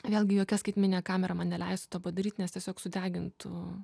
vėlgi jokia skaitmeninė kamera man neleistų to padaryt nes tiesiog sudegintų